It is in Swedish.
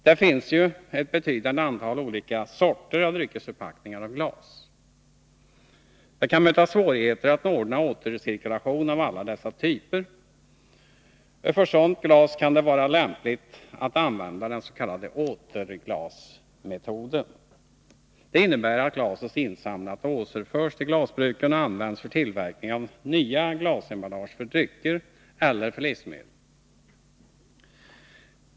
Det finns ju ett betydande antal olika sorter av dryckesförpackningar av glas. Det kan möta svårigheter att ordna återcirkulation av alla dessa typer. För sådant glas kan det vara lämpligast att använda den s.k. återglasmetoden. Den innebär att glaset insamlas och återförs till glasbruken och används för tillverkning av nya glasemballage för drycker eller livsmedel.